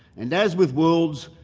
and as with worlds,